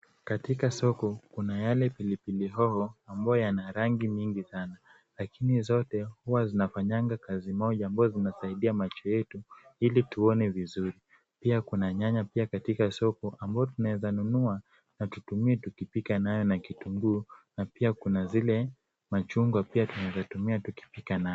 Katika soko, kuna yale pilipili hoho ambayo yana rangi nyingi sana, lakini zote huwa zinafanyanga kazi moja, ambayo zinasaidia macho yetu ili tuone vizuri. Pia kuna nyanya pia katika soko ambayo tunaweza nunua na tutumie tukipika nayo na kitunguu na pia kuna zile machungwa pia tunaweza kutuma tukipika nayo.